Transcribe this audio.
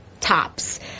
tops